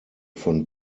von